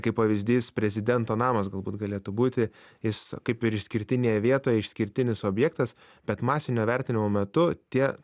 kaip pavyzdys prezidento namas galbūt galėtų būti jis kaip ir išskirtinėje vietoj išskirtinis objektas bet masinio vertinimo metu tie